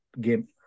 game